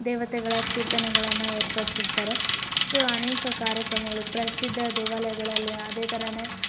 ದೇವತೆಗಳ ಕೀರ್ತನೆಗಳನ್ನು ಏರ್ಪಡಿಸಿರ್ತಾರೆ ಸೋ ಅನೇಕ ಕಾರ್ಯಕ್ರಮಗಳು ಪ್ರಸಿದ್ದ ದೇವಾಲಯಗಳಲ್ಲಿ ಅದೇ ಥರನೇ